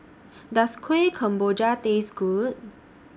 Does Kueh Kemboja Taste Good